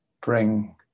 bring